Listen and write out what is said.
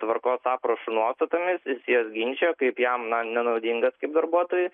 tvarkos aprašo nuostatomis jis jas ginčijo kaip jam nenaudingas kaip darbuotojui